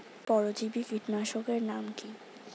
পরজীবী কীটনাশকের নাম কি?